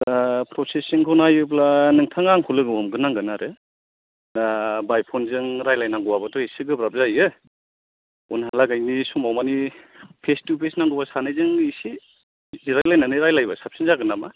दा प्रसेसिं खौ नायोब्ला नोंथाङा आंखौ लोगो हमग्रो नांगोन आरो दा बाय फन जों रायलायनांगौआबोथ' एसे गोब्राब जायो उन्हालागैनि समाव माने फेस टु फेस नांगौबा सानैजों इसे जिरायलायनानै रायलायबा साबसिन जागोन नामा